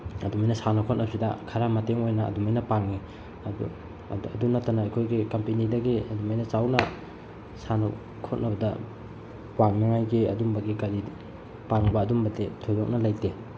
ꯑꯗꯨꯃꯥꯏꯅ ꯁꯥꯟꯅ ꯈꯣꯠꯅꯕꯁꯤꯗ ꯈꯔ ꯃꯇꯦꯡ ꯑꯣꯏꯅ ꯑꯗꯨꯃꯥꯏꯅ ꯄꯥꯡꯉꯤ ꯑꯗꯨ ꯑꯗꯨ ꯑꯗꯨ ꯅꯠꯇꯅ ꯑꯩꯈꯣꯏꯒꯤ ꯀꯝꯄꯦꯅꯤꯗꯒꯤ ꯑꯗꯨꯃꯥꯏꯅ ꯆꯥꯎꯅ ꯁꯥꯟꯅ ꯈꯣꯠꯅꯕꯗ ꯄꯥꯡꯅꯉꯥꯏꯒꯤ ꯑꯗꯨꯝꯕꯒꯤ ꯀꯔꯤꯗꯤ ꯄꯥꯡꯕ ꯑꯗꯨꯝꯕꯗꯤ ꯊꯣꯏꯗꯣꯛꯅ ꯂꯩꯇꯦ